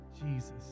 Jesus